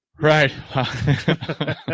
Right